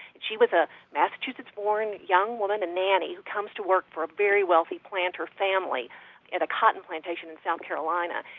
she was a massachusetts-born, young woman and nanny who came to work for a very wealthy planter family at a cotton plantation in south carolina.